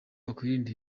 wakwirinda